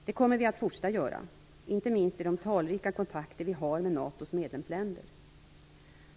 Det kommer vi att fortsätta att göra, inte minst i de talrika kontakter vi har med NATO:s medlemsländer.